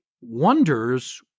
wonders